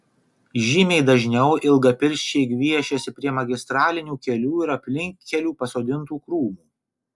žymiai dažniau ilgapirščiai gviešiasi prie magistralinių kelių ir aplinkkelių pasodintų krūmų